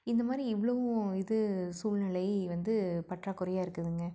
இந்த மாதிரி இவ்வளோ இது சூழ்நிலை வந்து பற்றாக்குறையாக இருக்குதுங்க